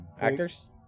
actors